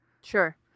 Sure